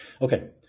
okay